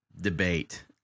debate